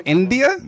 India